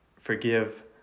forgive